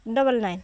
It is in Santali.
double nine